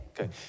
Okay